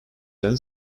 then